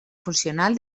funcional